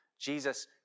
Jesus